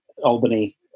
Albany